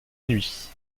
nuit